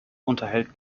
unterhält